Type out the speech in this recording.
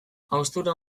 haustura